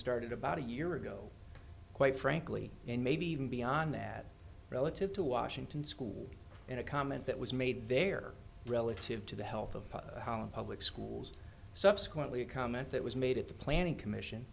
started about a year ago quite frankly and maybe even beyond that relative to washington school and a comment that was made there relative to the health of public schools subsequently a comment that was made at the planning commission